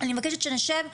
אני מבקשת שנשב,